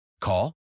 Call